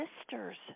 sister's